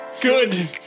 Good